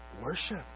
worship